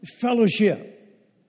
fellowship